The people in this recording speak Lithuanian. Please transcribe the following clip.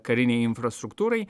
karinei infrastruktūrai